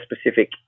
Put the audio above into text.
specific